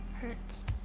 Hurts